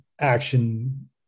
action